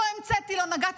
לא המצאתי, לא נגעתי.